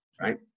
right